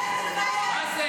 תתביישי